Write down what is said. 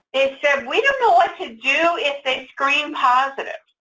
they said, we don't know what to do if they screen positive.